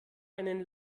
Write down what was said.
einen